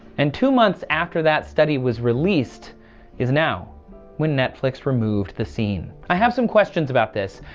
and two months after that study was released is now when netflix removed the scene. i have some questions about this,